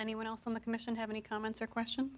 anyone else on the commission have any comments or question